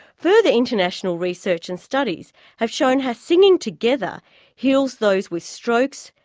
further international research and studies have shown how singing together heals those with strokes,